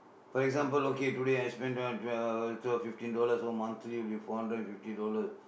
for example okay today I spend twelve fifteen dollars so monthly will be four hundred and fifty dollars